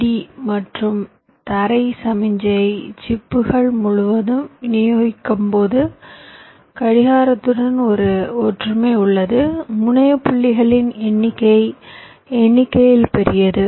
D மற்றும் தரை சமிக்ஞையை சிப்புகள் முழுவதும் விநியோகிக்கும்போது கடிகாரத்துடன் ஒரு ஒற்றுமை உள்ளது முனைய புள்ளிகளின் எண்ணிக்கை எண்ணிக்கையில் பெரியது